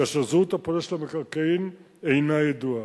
כאשר זהות הפולש למקרקעין אינה ידועה.